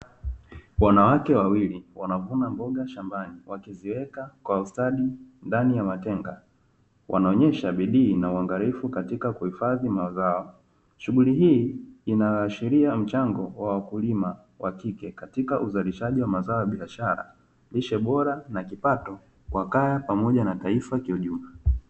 Wanawake wawili wanavuna mboga shambani, wakiziweka kwa ustadi ndani ya matenga wanaonyesha bidii na uangalifu katika kuhifadhi mazao. Shughuli hii inaashiria mchango wa wakulima wakike katika uzalishaji wa mazao ya biashara, lishe bora na kipato kwa kaya pamoja na taifa kiujumla.